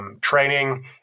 training